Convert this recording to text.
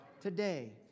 today